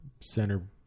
center